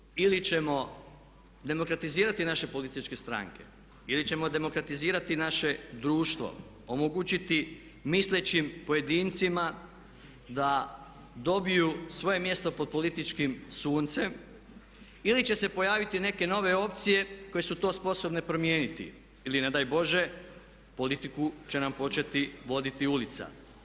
Na koncu ili ćemo demokratizirati naše političke stranke ili ćemo demokratizirati naše društvo, omogućiti mislećim pojedincima da dobiju svoje mjesto pod političkim suncem, ili će se pojaviti neke nove opcije koje su to sposobne promijeniti ili ne daj Bože politiku će nam početi voditi ulica.